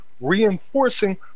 reinforcing